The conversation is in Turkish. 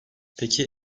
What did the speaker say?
peki